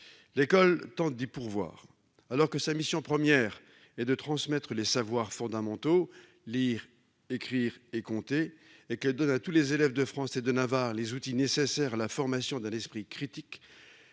L'école tente d'y pourvoir. Alors que sa mission première est de transmettre les savoirs fondamentaux- lire, écrire et compter -et qu'elle donne à tous les élèves de France et de Navarre les outils nécessaires à la formation d'un esprit critique,